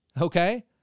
Okay